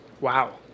Wow